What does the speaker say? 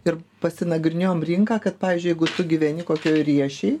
ir pasinagrinėjom rinką kad pavyzdžiui jeigu tu gyveni kokioj riešėj